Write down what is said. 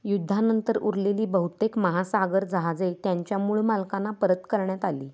युद्धानंतर उरलेली बहुतेक महासागर जाहाजही त्यांच्या मूळ मालकांना परत करण्यात आली